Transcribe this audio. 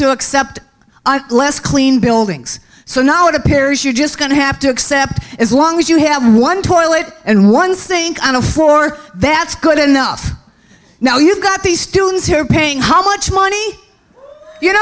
to accept less clean buildings so now it appears you're just going to have to accept as long as you have one toilet and one thing on a floor that's good enough now you've got these students who are paying how much money you know